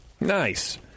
Nice